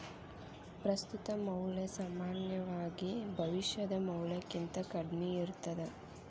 ಪ್ರಸ್ತುತ ಮೌಲ್ಯ ಸಾಮಾನ್ಯವಾಗಿ ಭವಿಷ್ಯದ ಮೌಲ್ಯಕ್ಕಿಂತ ಕಡ್ಮಿ ಇರ್ತದ